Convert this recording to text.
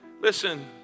listen